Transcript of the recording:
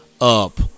up